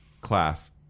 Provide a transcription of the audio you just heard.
class